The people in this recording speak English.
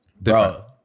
bro